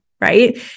right